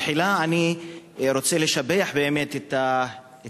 תחילה אני רוצה לשבח את המשטרה,